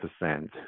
percent